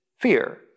fear